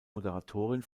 moderatorin